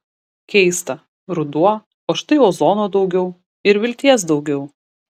keista ruduo o štai ozono daugiau ir vilties daugiau